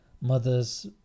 mothers